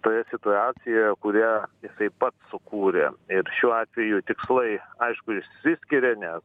toje situacijoje kurią taip pat sukūrė ir šiuo atveju tikslai aišku išsiskiria nes